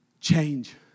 Change